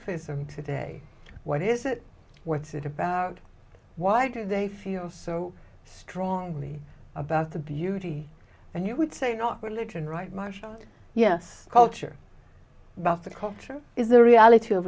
socialism today what is it what's it about why do they feel so strongly about the beauty and you would say not religion right my gosh yes culture about the culture is the reality of